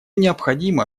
необходимо